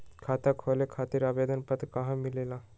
खाता खोले खातीर आवेदन पत्र कहा मिलेला?